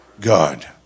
God